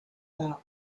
that